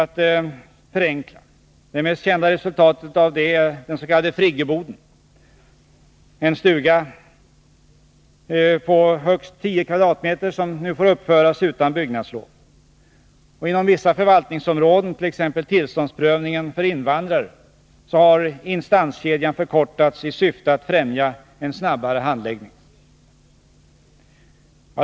Det mest kända resultatet av detta är den s.k. friggeboden, dvs. en stuga om högst 10 m? som nu får uppföras utan byggnadslov. Inom vissa förvaltningsområden, t.ex. tillståndsprövningen för invandrare, har instanskedjan förkortats i syfte att främja en snabbare handläggning.